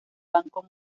banco